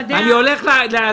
אני כנראה הולך לסיים את תפקידי פה.